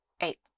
Eight